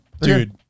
dude